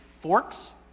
Forks